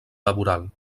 laboral